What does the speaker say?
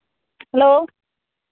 hello